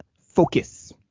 focus